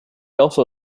also